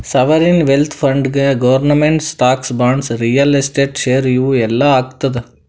sovereign wealth ಫಂಡ್ನಾಗ್ government stocks, bonds, real estate, share ಇವು ಎಲ್ಲಾ ಹಾಕ್ತುದ್